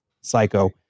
psycho